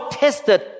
tested